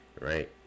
right